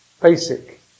basic